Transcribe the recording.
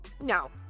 no